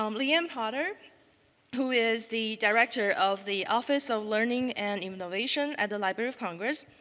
um lee ann potter who is the director of the office of learning and innovation at the library of congress.